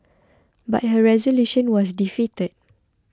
but her resolution was defeated